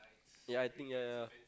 ya I think ya ya ya